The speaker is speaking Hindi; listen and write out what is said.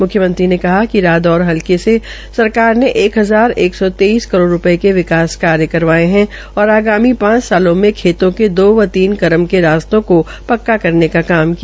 म्ख्यमंत्री ने कहा कि रादौर हल्के में सरकार ने एक हजार एक सौ तेईस करोड़ रूपये का विकास कार्य करवाये है और आगामी पांच सालों में खेतों के दो व तीन करम के रास्तों को पक्का करने का काम किया